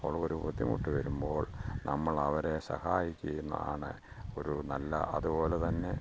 അവർക്കൊരു ബുദ്ധിമുട്ട് വരുമ്പോൾ നമ്മൾ അവരെ സഹായിക്കുന്നാണ് ഒരു നല്ല അതുപോലെ തന്നെ